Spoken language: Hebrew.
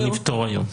לא נפתור היום.